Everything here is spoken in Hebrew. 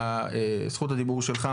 זכות הדיבור שלך,